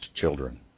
children